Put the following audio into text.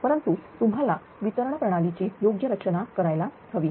परंतु तुम्हाला वितरण प्रणालीची योग्य रचना करायला हवी